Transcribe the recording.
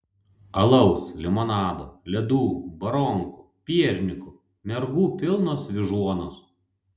alaus limonado ledų baronkų piernykų mergų pilnos vyžuonos